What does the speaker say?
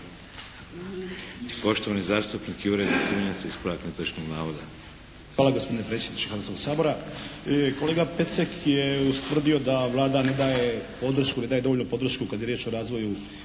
Poštovani zastupnik Jure Bitunjac, ispravak netočnog navoda. **Bitunjac, Jure (HDZ)** Hvala gospodine predsjedničke Hrvatskog sabora. Kolega Pecek je ustvrdio da Vlada ne daje podršku, ne daje dovoljnu podršku kad je riječ o razvoju